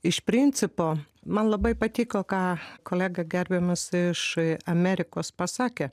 iš principo man labai patiko ką kolega gerbiamas iš amerikos pasakė